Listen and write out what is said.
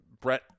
Brett